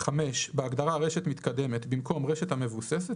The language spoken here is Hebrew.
(5)בהגדרה "רשת מתקדמת" במקום "רשת המבוססת"